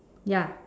ya